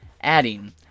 adding